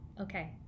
Okay